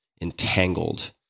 entangled